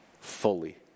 fully